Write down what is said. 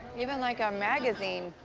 even like a magazine.